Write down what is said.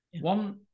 one